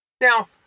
Now